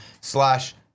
slash